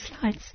slides